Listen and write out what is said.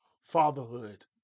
fatherhood